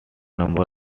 number